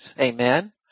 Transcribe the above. Amen